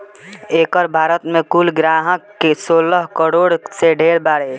एकर भारत मे कुल ग्राहक सोलह करोड़ से ढेर बारे